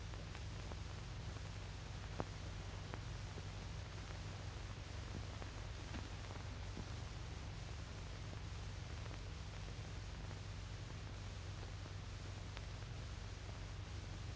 from